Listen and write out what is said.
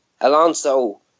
Alonso